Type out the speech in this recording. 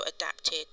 adapted